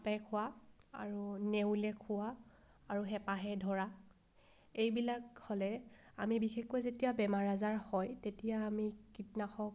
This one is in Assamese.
সাপে খোৱা আৰু নেউলে খোৱা আৰু হেপাহে ধৰা এইবিলাক হ'লে আমি বিশেষকৈ যেতিয়া বেমাৰ আজাৰ হয় তেতিয়া আমি কীটনাশক